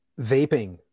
Vaping